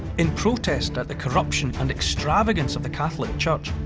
in protest at the corruption and extravagance of the catholic church,